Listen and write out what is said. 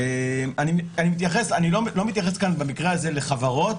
אני לא מתייחס במקרה הזה לחברות,